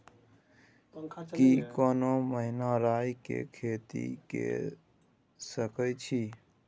की कोनो महिना राई के खेती के सकैछी?